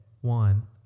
One